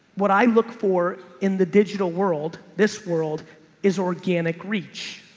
what i look for in the digital world. this world is organic reach.